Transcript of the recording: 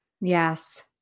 Yes